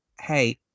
Hey